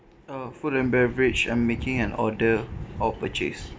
uh food and beverage um making an order or purchase